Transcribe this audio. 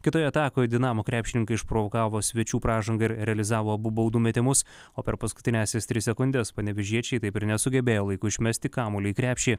kitoje atakoje dinamo krepšininkai išprovokavo svečių pražangą ir realizavo abu baudų metimus o per paskutiniąsias tris sekundes panevėžiečiai taip ir nesugebėjo laiku išmesti kamuolį į krepšį